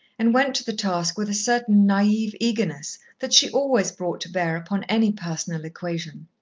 and went to the task with a certain naive eagerness, that she always brought to bear upon any personal equation.